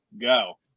go